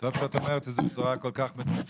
טוב שאת אומרת את זה בצורה כל כך מתומצתת,